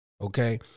Okay